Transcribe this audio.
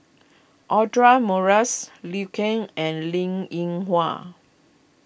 Audra Morrice Liu Kang and Linn in Hua